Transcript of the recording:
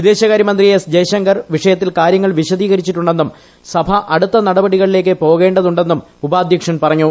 വിദേശകാര്യ മന്ത്രി എസ് ജയശങ്കർ വിഷയത്തിൽ കാര്യങ്ങൾ വിശദീകരിച്ചിട്ടുണ്ടെന്നും സഭ അടുത്ത നടപടികളിലേയ്ക്ക് പോകേണ്ടതുണ്ടെന്നും ഉപാധ്യക്ഷൻ പറഞ്ഞു